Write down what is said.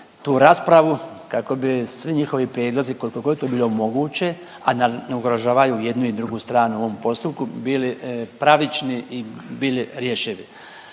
tu raspravu kako bi svi njihovi prijedlozi koliko god to bilo moguće, a da ne ugrožavaju jednu i drugu stranu u ovom postupku bili pravični i bili rješivi.